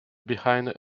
behind